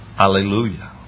Hallelujah